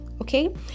Okay